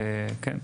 כן,